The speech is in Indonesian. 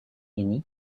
ini